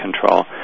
control